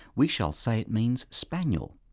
we shall say it means spaniel.